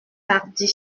tardy